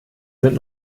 sind